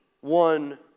one